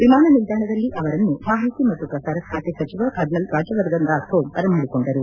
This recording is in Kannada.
ವಿಮಾನ ನಿಲ್ದಾಣದಲ್ಲಿ ಅವರನ್ನು ಮಾಹಿತಿ ಮತ್ತು ಪ್ರಸಾರ ಖಾತೆ ಸಚಿವ ಕರ್ನಲ್ ರಾಜವರ್ಧನ್ ರಾಥೋಡ್ ಬರಮಾಡಿಕೊಂಡರು